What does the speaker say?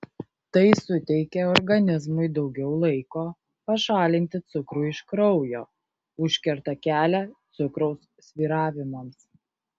tai suteikia organizmui daugiau laiko pašalinti cukrų iš kraujo užkerta kelią cukraus svyravimams